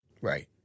Right